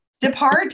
Depart